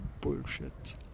bullshit